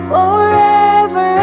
Forever